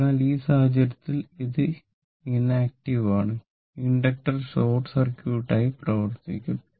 അതിനാൽ ആ സാഹചര്യത്തിൽ ഇത് ഈനാറ്റീവ് ആണ് ഇൻഡക്ടർ ഷോർട്ട് സർക്യൂട്ടായി പ്രവർത്തിക്കും